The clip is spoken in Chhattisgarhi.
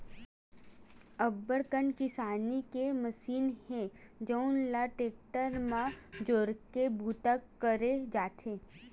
अब्बड़ कन किसानी के मसीन हे जउन ल टेक्टर म जोरके बूता करे जाथे